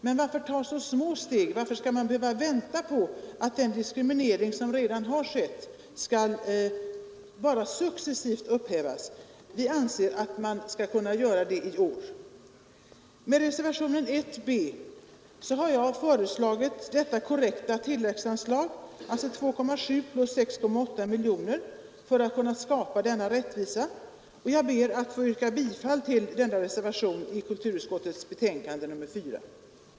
Men varför ta så små steg — varför skall man behöva vänta på att den diskriminering som redan har skett bara successivt upphäves? Vi anser från vpk:s sida att man skall kunna upphäva denna diskriminering i år. I reservationen 1 b har jag föreslagit detta korrekta tilläggsanslag, alltså 2,7 miljoner plus 6,8 miljoner, för att kunna skapa denna rättvisa, och jag ber att få yrka bifall till reservationen 1 b.